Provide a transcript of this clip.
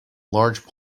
large